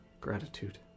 gratitude